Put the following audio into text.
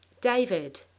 David